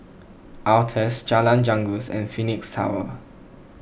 Altez Jalan Janggus and Phoenix Tower